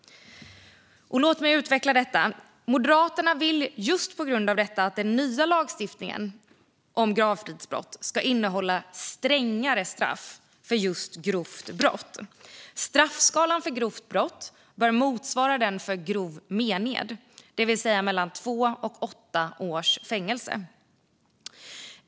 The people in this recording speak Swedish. Låt mig utveckla det. Moderaterna vill just på grund av detta att den nya lagstiftningen om gravfridsbrott ska innehålla strängare straff för grovt brott. Straffskalan för grovt brott bör motsvara den för grov mened, det vill säga mellan två och åtta års fängelse.